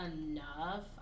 enough